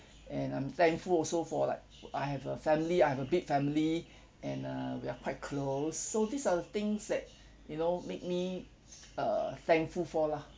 and I'm thankful also for like I have a family I have a big family and err we're quite close so these are the things that you know make me err thankful for lah